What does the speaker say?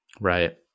Right